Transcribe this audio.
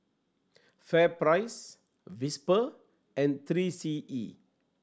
FairPrice Whisper and Three C E